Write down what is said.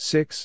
Six